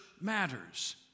matters